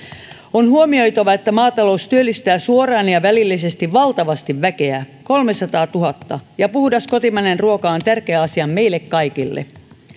on huomioitava että maatalous työllistää suoraan ja välillisesti valtavasti väkeä kolmesataatuhatta ja puhdas kotimainen ruoka on tärkeä asia meille kaikille